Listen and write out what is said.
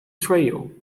trail